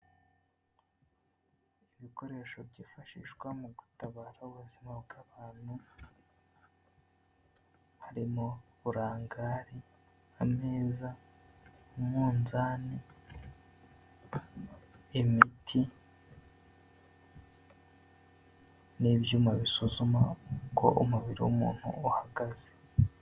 Ibikoresho byifashishwa mu gutabara ubuzima bw'abantu, harimo burangari, ameza umunzani, imiti n'ibyuma bisuzuma uko umubiri w'umuntu uhagaze.